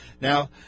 Now